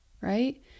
right